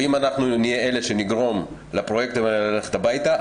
אם אנחנו נהיה אלה שנגרום לפרוייקטוריות האלה ללכת הביתה,